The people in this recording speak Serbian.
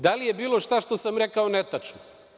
Da li je bilo šta što sam rekao netačno?